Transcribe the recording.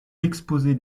l’exposé